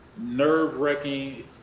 nerve-wracking